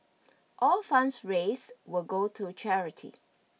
all funds raise will go to charity